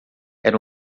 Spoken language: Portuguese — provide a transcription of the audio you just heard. era